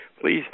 please